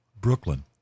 Brooklyn